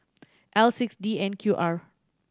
L six D N Q R